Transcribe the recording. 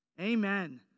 Amen